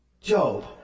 Job